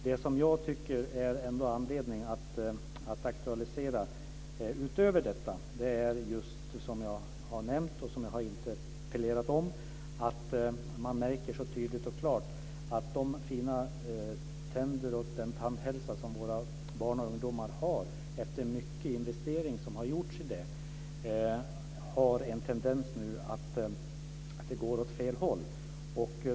Det som jag ändå tycker att det finns anledning att aktualisera utöver detta är det som jag har nämnt och som jag har interpellerat om. Man märker så tydligt och klart att det finns en tendens till att det går åt fel håll med de fina tänder och den tandhälsa som våra barn och ungdomar har efter de många investeringar som har gjorts i detta.